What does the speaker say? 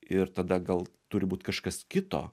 ir tada gal turi būt kažkas kito